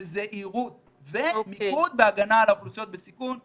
זהירות ומיקוד בהגנה על האוכלוסיות בסיכון.